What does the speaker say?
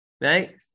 Right